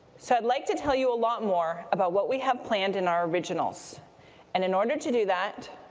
so would like to tell you a lot more about what we have planned in our originals and in order to do that,